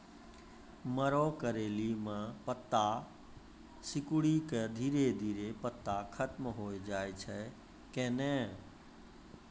मरो करैली म पत्ता सिकुड़ी के धीरे धीरे पत्ता खत्म होय छै कैनै?